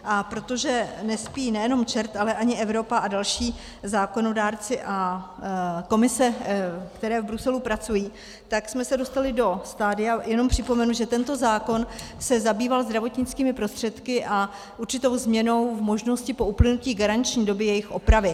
A protože nespí nejenom čert, ale ani Evropa a další zákonodárci a komise, které v Bruselu pracují, tak jsme se dostali do stadia jenom připomenu, že tento zákon se zabýval zdravotnickými prostředky a určitou změnou možnosti po uplynutí garanční doby jejich opravy.